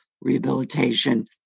rehabilitation